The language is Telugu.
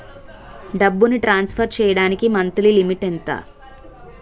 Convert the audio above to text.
డబ్బును ట్రాన్సఫర్ చేయడానికి మంత్లీ లిమిట్ ఎంత?